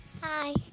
Hi